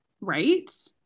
Right